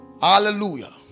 hallelujah